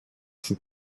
sind